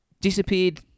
disappeared